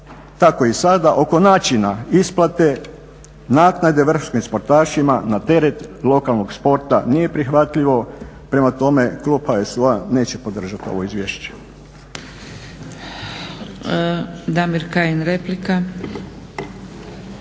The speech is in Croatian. tako i sada oko način isplate naknade vrhunskim sportašima na teret lokalnog sporta nije prihvatljivo, prema tome Klub HSU-a neće podržati ovo izvješće.